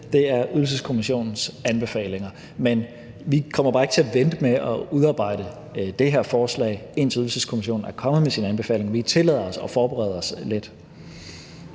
se, er Ydelseskommissionens anbefalinger, men vi kommer bare ikke til at vente med at udarbejde det her forslag, indtil Ydelseskommissionen er kommet med sine anbefalinger. Vi tillader os at forberede os lidt.